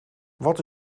wat